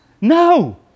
No